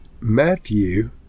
Matthew